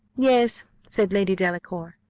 yes, said lady delacour,